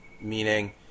Meaning